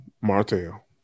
Martell